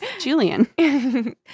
Julian